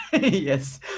yes